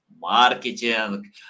marketing